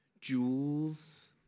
jewels